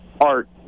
art